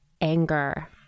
anger